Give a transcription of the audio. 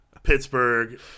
Pittsburgh